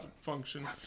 function